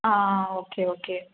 ah okay okay